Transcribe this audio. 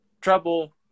trouble